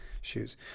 shoes